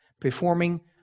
performing